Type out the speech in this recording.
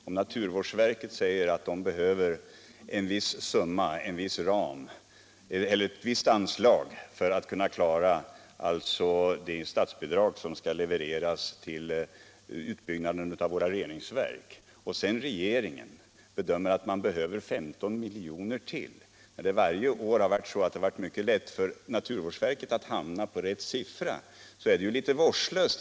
Om naturvårdsverket säger att man behöver ett visst anslag för att kunna klara utbetalningen av det statsbidrag som skall levereras till utbyggnaden av våra reningsverk, och om sedan regeringen anslår 15 milj.kr. mera, när det varje år har varit mycket lätt för naturvårdsverket att hamna på rätt siffra, så är det ju litet vårdslöst.